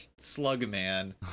Slugman